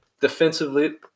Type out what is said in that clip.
Defensively